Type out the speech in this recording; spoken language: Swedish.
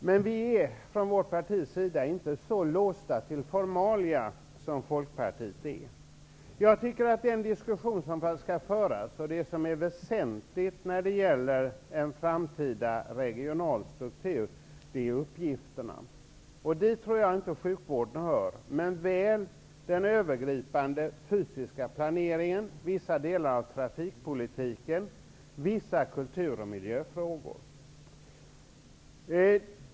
Men vi i vårt parti är inte så låsta vid formalia som Jag tycker att den diskussion som skall föras och det som är väsentligt när det gäller en framtida regional struktur gäller uppgifterna. Dit hör nog inte sjukvården, men väl den övergripande fysiska planeringen, vissa delar av trafikpolitiken samt vissa kultur och miljöfrågor.